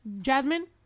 Jasmine